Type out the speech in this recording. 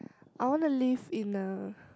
I want to live in a